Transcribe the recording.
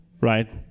right